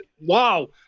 Wow